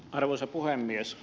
arvoisa puhemies